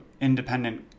independent